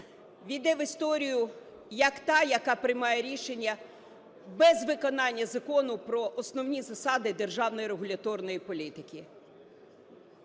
увійде в історію як та, яка приймає рішення без виконання Закону про основні засади державної регуляторної політики.